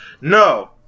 No